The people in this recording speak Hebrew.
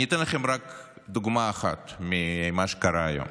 אני אתן לכם רק דוגמה אחת ממה שקרה היום.